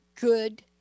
good